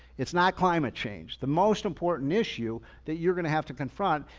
it's not climate change. the most important issue that you're going to have to confront,